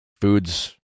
foods